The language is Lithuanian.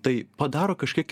tai padaro kažkiek